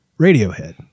Radiohead